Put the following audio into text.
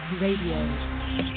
Radio